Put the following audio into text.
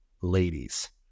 ladies